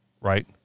right